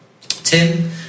Tim